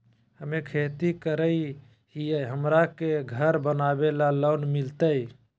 हमे खेती करई हियई, हमरा के घर बनावे ल लोन मिलतई?